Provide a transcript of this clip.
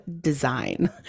design